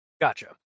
Gotcha